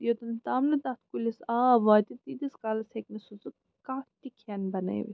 یوٚت تام نہٕ تَتھ کُلِس آب واتہِ تیٖتِس کالَس ہیٚکہِ نہٕ سُہ سُہ کانٛہہ تہِ کھیٚن بَنٲیِتھ